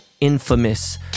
infamous